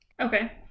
Okay